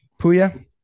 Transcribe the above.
Puya